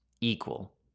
equal